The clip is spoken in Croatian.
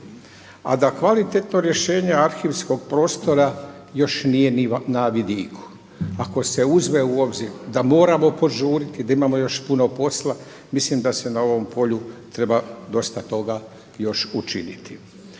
a da kvalitetno rješenje arhivskog prostora još nije na vidiku. Ako se uzme u obzir da moramo požuriti, da imamo još puno posla mislim da se na ovom polju treba dosta toga još učiniti.